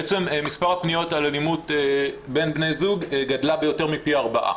בעצם מספר הפניות על אלימות בין בני זוג גדלה ביותר מפי 4,